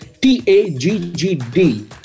T-A-G-G-D